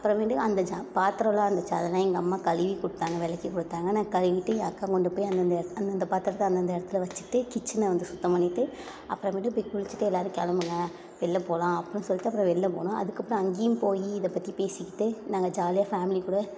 அப்புறமேட்டுக்கு அந்த சா பாத்திரலாம் இருந்துச்சி அதெல்லாம் எங்கம்மா கழுவி கொடுத்தாங்க விளக்கிக் கொடுத்தாங்க நான் கழுவிட்டு என் அக்கா கொண்டுபோய் அந்தந்த அந்தந்த பாத்திரத்த அந்தந்த இடத்துல வச்சுட்டு கிச்சனை வந்து சுத்தம் பண்ணிவிட்டு அப்புறமேட்டு போய் குளிச்சுட்டு எல்லாேரும் கிளம்புங்க வெளில போகலாம் அப்புடின்னு சொல்லிட்டு அப்புறம் வெளில போனோம் அதுக்கப்புறம் அங்கேயும் போய் இதை பற்றி பேசிக்கிட்டு நாங்கள் ஜாலியாக ஃபேமிலி கூட